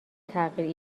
تغییر